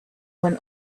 one